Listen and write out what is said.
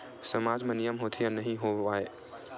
सामाज मा नियम होथे या नहीं हो वाए?